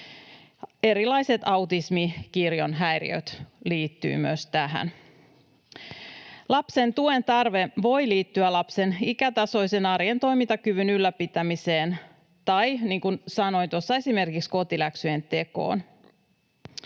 erilaiset autismikirjon häiriöt liittyvät tähän. Lapsen tuen tarve voi liittyä lapsen ikätasoisen arjen toimintakyvyn ylläpitämiseen tai — niin kuin